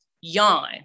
yawn